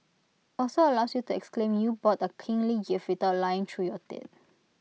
also allows you to exclaim you bought A kingly gift without lying through your teeth